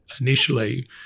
initially